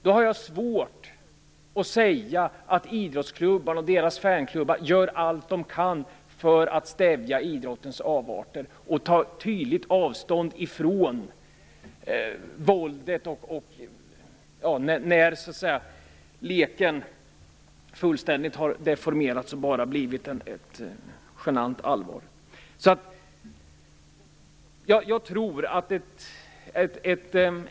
Då har jag svårt att tycka att idrottens fan-klubbar gör allt de kan för att stävja idrottens avarter och för att tydligt ta avstånd från våldet och när leken fullständigt har deformerats till ett genant allvar.